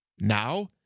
Now